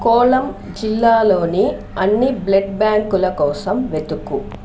కోలం జిల్లాలోని అన్ని బ్లడ్ బ్యాంకుల కోసం వెతుకు